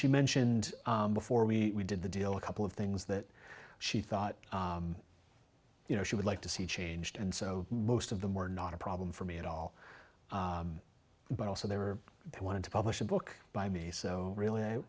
she mentioned before we did the deal a couple of things that she thought you know she would like to see changed and so most of them were not a problem for me at all but also they were they wanted to publish a book by me so really i